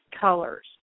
colors